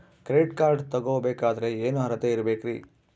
Credit card ತೊಗೋ ಬೇಕಾದರೆ ಏನು ಅರ್ಹತೆ ಇರಬೇಕ್ರಿ?